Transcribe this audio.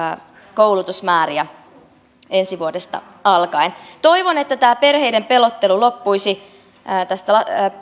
koulutusmääriä ensi vuodesta alkaen toivon että tämä perheiden pelottelu tästä